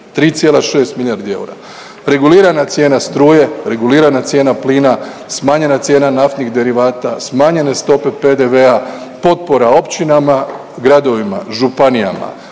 3,6 milijardi eura. Regulirana cijena struje, regulirana cijena plina, smanjena cijena naftnih derivata, smanjene stope PDV-a, potpora općinama, gradovima, županijama,